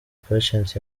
patient